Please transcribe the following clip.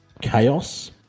Chaos